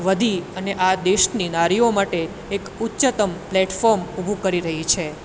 વધી અને આ દેશની નારીઓ માટે એક ઉચ્ચતમ પ્લેટફોર્મ ઊભું કરી રહી છે